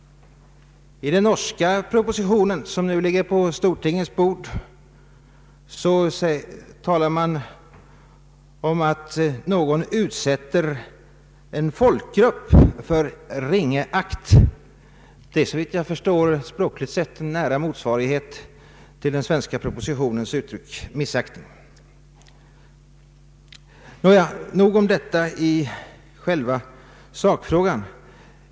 I den norska propositionen som ligger på stortingets bord talas det om att utsätta en folkgrupp för ”ringeakt”. Det är såvitt jag kan förstå språkligt sett en nära motsvarighet till den svenska propositionens uttryck ”missaktning”. Men nog om detta i själva sakfrågan.